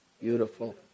Beautiful